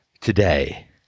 today